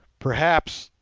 perhaps,